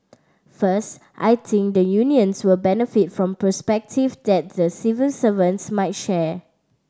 first I think the unions will benefit from perspective that the civil servants might share